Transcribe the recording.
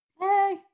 Hey